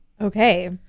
Okay